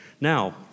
Now